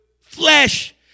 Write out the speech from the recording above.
flesh